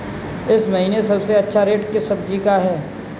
इस महीने सबसे अच्छा रेट किस सब्जी का है?